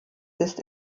ist